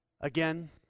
Again